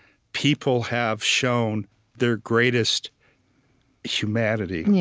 people have shown their greatest humanity.